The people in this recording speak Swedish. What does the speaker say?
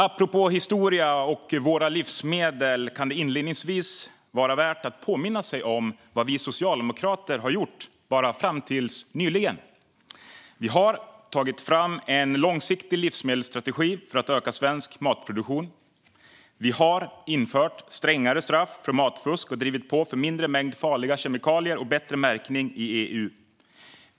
Apropå historia och våra livsmedel kan det inledningsvis vara värt att påminna sig om vad vi socialdemokrater har gjort bara fram till nyligen. Vi har tagit fram en långsiktig livsmedelsstrategi för att öka svensk matproduktion. Vi har infört strängare straff för matfusk och drivit på för mindre mängd farliga kemikalier och bättre märkning i EU.